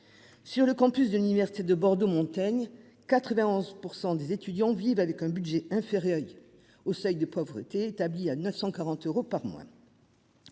Sur le campus de l'université de Bordeaux Montaigne 91% des étudiants vivent avec un budget inférieur. Au seuil de pauvreté, établi à 940 euros par mois.